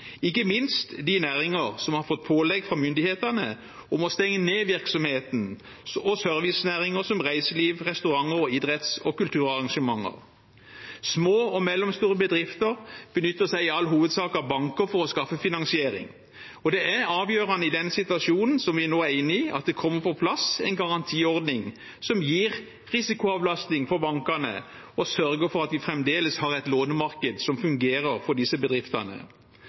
ikke minst de næringer som har fått pålegg av myndighetene om å stenge ned virksomheten, og servicenæringer som reiseliv, restauranter og idretts- og kulturarrangementer. Små og mellomstore bedrifter benytter seg i all hovedsak av banker for å skaffe finansiering, og det er avgjørende i denne situasjonen vi nå er inne i, at det kommer på plass en garantiordning som gir risikoavlastning for bankene og sørger for at de fremdeles har et lånemarked som fungerer for disse bedriftene.